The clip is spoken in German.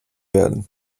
werden